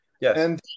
Yes